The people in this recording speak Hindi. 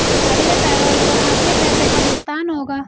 अगले पैरोल पर आपके पैसे का भुगतान होगा